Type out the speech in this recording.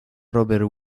robert